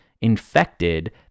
infected